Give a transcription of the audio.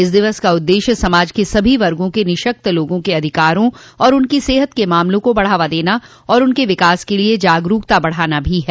इस दिवस का उद्देश्य समाज के सभी वर्गों के निशक्त लोगों के अधिकारों और उनकी सेहत के मामलों को बढ़ावा देना और उनके विकास के लिए जागरूकता बढ़ाना भी है